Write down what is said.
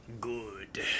Good